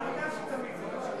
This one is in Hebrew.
אתה יודע שזה תמיד בכלכלה.